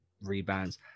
rebounds